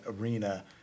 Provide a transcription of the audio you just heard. arena